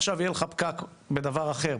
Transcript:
עכשיו יהיה לך פקק בדבר אחר,